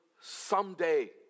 someday